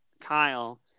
Kyle